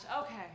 Okay